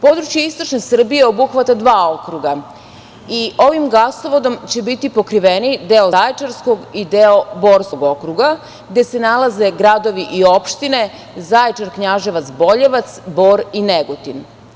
Područje istočne Srbije obuhvata dva okruga, i ovim gasovodom će biti pokriveni deo Zaječarskog i deo Borskog okruga, gde se nalaze gradovi i opštine Zaječar, Knjaževac i Boljevac, Bor i Negotin.